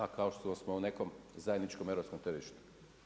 A kao što smo u nekom zajedničkom europskom tržištu.